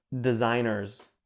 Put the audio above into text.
designers